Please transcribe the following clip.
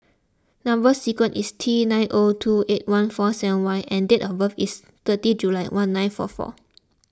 Number Sequence is T nine O two eight one four seven Y and date of birth is thirty July one nine four four